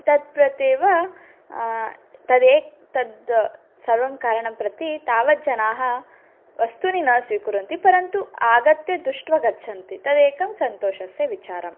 तत् प्रत्येव तदेव तत् सर्वं कारणं प्रति तावत् जनाः वस्तूनि न स्वीकुर्वन्ति परन्तु आगत्य दुष्ट्वा गच्छन्ति तदेकं सन्तोषस्य विचारम्